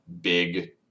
big